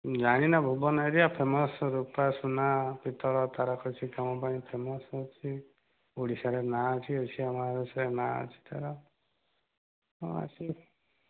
ଜାଣିନ Bhuban area famous ରୂପା ସୁନା ପିତ୍ତଳ ତାରକସୀ କାମ ପାଇଁ ଫେମସ ଅଛି ଓଡ଼ିଶାରେ ନାଁ ଅଛି ଏସିଆ ମହାଦେଶରେ ନାଁ ଅଛି ତାର ହଁ ଆସନ୍ତୁ